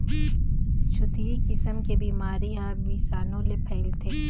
छुतही किसम के बिमारी ह बिसानु ले फइलथे